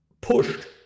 pushed